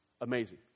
Amazing